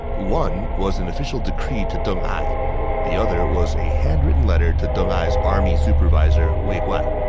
one was an official decree to deng ai the other was a handwritten letter to deng ai's army supervisor, wei guan.